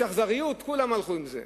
יש אכזריות, וכולם הלכו עם זה.